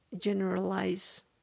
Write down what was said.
generalize